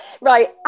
Right